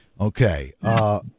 Okay